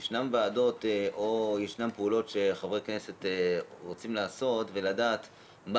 ישנן ועדות או ישנן פעולות שחברי כנסת רוצים לעשות ולדעת מה